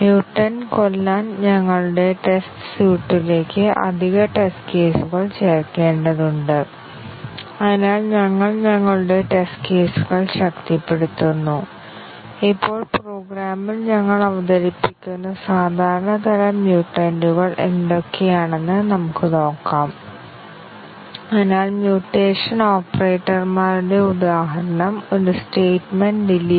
ഈ ചോദ്യത്തിന് ഉത്തരം നൽകുന്നതിന് ഒരു കവറേജ് അധിഷ്ഠിത പരിശോധന അടിസ്ഥാനപരമായി ടെസ്റ്റ് എക്സിക്യൂഷൻ ചില പ്രോഗ്രാം ഘടകങ്ങളെ ഉൾക്കൊള്ളുന്നു അല്ലെങ്കിൽ ചില പ്രോഗ്രാം ഘടകങ്ങൾ നിർവ്വഹിക്കുന്നു ഞങ്ങൾ പരിഗണിക്കുന്ന പ്രോഗ്രാം ഘടകങ്ങൾ സ്റ്റേറ്റ്മെൻറ്റുകൾ